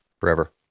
forever